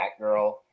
Batgirl